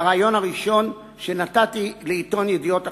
בריאיון הראשון שנתתי לעיתון "ידיעות אחרונות"